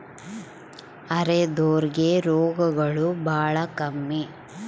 ಅರೆದೋರ್ ಗೆ ರೋಗಗಳು ಬಾಳ ಕಮ್ಮಿ